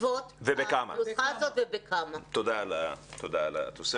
תודה על התוספת.